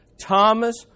Thomas